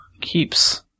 keeps